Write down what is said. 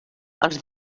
els